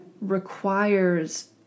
requires